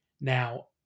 Now